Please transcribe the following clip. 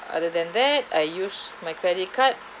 other than that I use my credit card